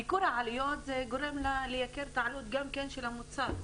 ייקור העלויות זה גורם לייקר גם את העלות של המוצר,